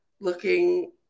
looking